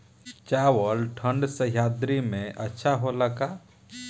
चावल ठंढ सह्याद्री में अच्छा होला का?